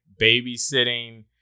babysitting